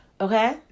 Okay